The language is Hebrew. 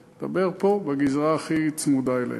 אני מדבר פה על הגזרה הכי צמודה אלינו.